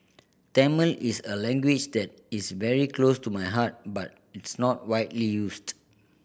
Tamil is a language that is very close to my heart but it's not widely used